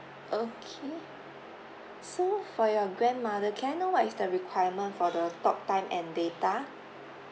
okay so for your grandmother can I know what is the requirement for the talk time and data